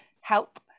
help